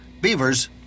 Beavers